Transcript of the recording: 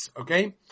okay